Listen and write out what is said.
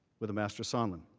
with ambassador sondland.